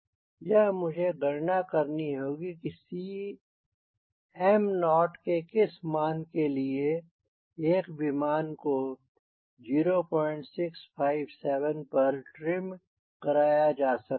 यह मुझे गणना करनी होगी कि Cm0 के किस मान के लिए एक विमान को 0657 पर ट्रिम कराया जा सकता है